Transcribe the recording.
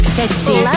sexy